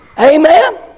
Amen